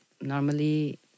Normally